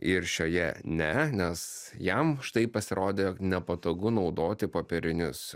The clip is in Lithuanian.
ir šioje ne nes jam štai pasirodė nepatogu naudoti popierinius